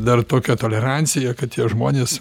dar tokia tolerancija kad tie žmonės